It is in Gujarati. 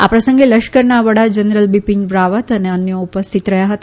આ પ્રસંગે લશ્કરના વડા જનરલ બીપીન રાવત અને અન્યો ઉપસ્થિત રહયાં હતા